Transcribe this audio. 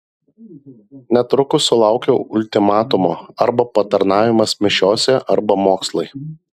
netrukus sulaukiau ultimatumo arba patarnavimas mišiose arba mokslai